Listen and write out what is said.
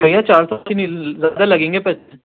بھیا چار سو اسی نہیں زیادہ لگیں گے پیسے